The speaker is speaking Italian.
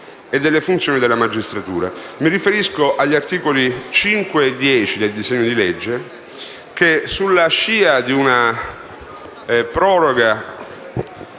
e delle funzioni della magistratura. Mi riferisco agli articoli 5 e 10 del disegno di legge che, sulla scia di una proroga